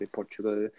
Portugal